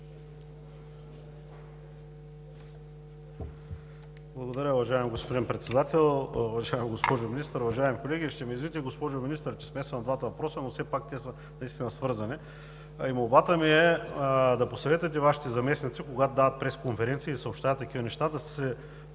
Благодаря, уважаеми господин Председател. Уважаема госпожо Министър, уважаеми колеги! Ще ме извините, госпожо Министър, че смесвам двата въпроса, но все пак те са наистина свързани. Молбата ми е да посъветвате Вашите заместници, когато дават пресконференция и съобщават такива неща да се